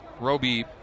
Roby